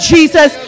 Jesus